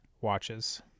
watches